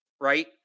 Right